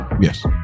Yes